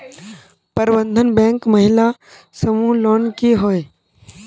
प्रबंधन बैंक महिला समूह लोन की होय?